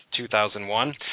2001